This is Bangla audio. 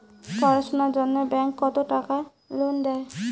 পড়াশুনার জন্যে ব্যাংক কত টাকা লোন দেয়?